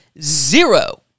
zero